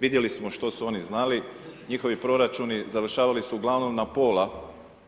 Vidjeli smo što su oni znali, njihovi proračuni završavali su uglavnom na pola